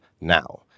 now